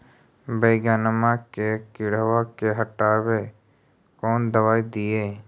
बैगनमा के किड़बा के हटाबे कौन दवाई दीए?